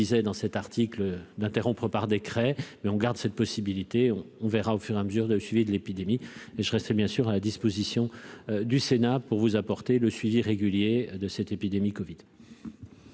je disais dans cet article, d'interrompre par décret, mais on garde cette possibilité, on verra au fur et à mesure de suivi de l'épidémie et je reste bien sûr à la disposition du Sénat pour vous apporter le suivi régulier de cette épidémie Covid.